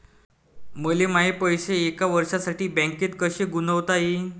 मले माये पैसे एक वर्षासाठी बँकेत कसे गुंतवता येईन?